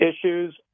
issues